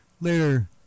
later